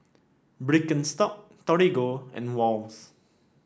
Birkenstock Torigo and Wall's